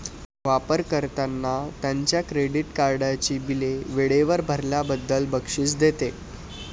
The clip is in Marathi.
वापर कर्त्यांना त्यांच्या क्रेडिट कार्डची बिले वेळेवर भरल्याबद्दल बक्षीस देते